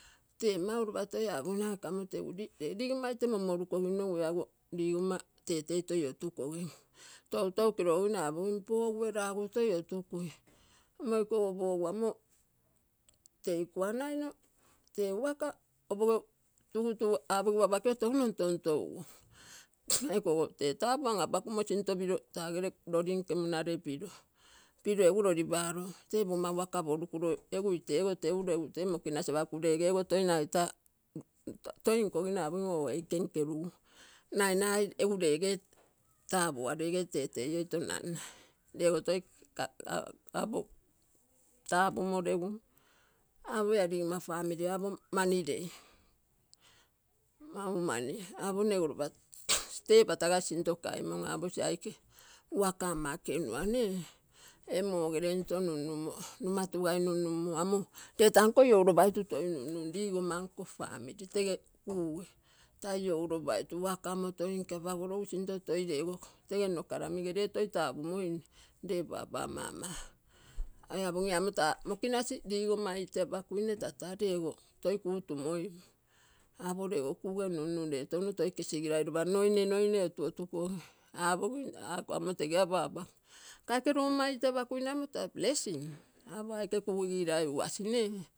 Tee mau lopa toi aguina ikamoo tegu ligonma ite monmorugoginogu ia ogo ligoma tetei toi otugokim toutou kilogokino, apokimpugue lagu toi otugui. Omo eiko pugu amo tei kuanaino tee ugga opoge tuntun apogigu apakio touno ntontouguo eiko tei taa tapuu anapagumo sinto tuntuguo eiko tee tapu anapagumo sinto piroo taa gere lolii nke munare piroo. Piroo egu lolii paro tee pogonma uaka porugulo, egu ite ogo teulo. Tee maginasi apagu rege toi nagai taa, toi nkogino apogim ei kengerugu, nai nagai egu rege tapuaregeree rege tetei oi too nannaai ree otoi oi tapumaregu apo ia lionma family mani rei. Mau mani apo nne ogo lopa tee patagasi sinto kaimon apo tee aike uaga ama ekenua nne ee mogere into nunumo numatugai nunumo amo ree tanko loulopaitu toi nunum ligonmankoo family tege kugee taa loilopaitu uaga omotoi nke apagologu sinto rego tege nno garamige rego toi tapumoi ree papa, mama oi apagim iam taa moginasi ligonma ite apaguine ree ogo tata ree ogo toi kuu tumoin apo ree ogo kuge nunu ree ogo touno toi lopa kesigirei noinee, noinee otuotugokim apogim ahh ako amo tege apaapaguu ako aike logonmai ite apaguine ako amo taa blessing apo aike kugui kilai uasi.